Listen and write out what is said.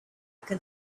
can